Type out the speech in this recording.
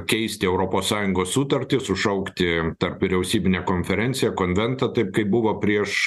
keisti europos sąjungos sutartį sušaukti tarp vyriausybinę konferenciją konventą taip kaip buvo prieš